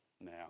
Now